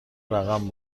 رقم